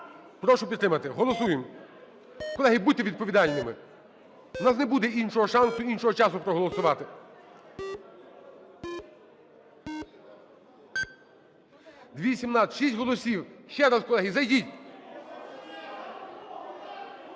Прошу підтримати. Голосуємо. Колеги, будьте відповідальними. У нас не буде іншого шансу, іншого часу проголосувати. 14:07:01 За-217 6 голосів. Ще раз, колеги, зайдіть.